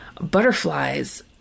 butterflies